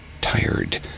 tired